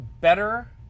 better